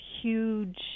huge